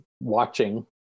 watching